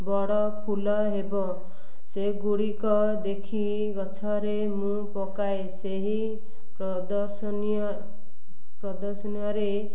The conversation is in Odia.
ବଡ଼ ଫୁଲ ହେବ ସେଗୁଡ଼ିକ ଦେଖି ଗଛରେ ମୁଁ ପକାଏ ସେହି ପ୍ରଦର୍ଶନୀୟ ପ୍ରଦର୍ଶନୀୟରେ